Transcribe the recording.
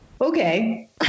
okay